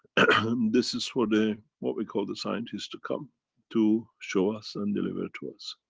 and this is for the, what we call, the scientists, to come to show us and deliver to us.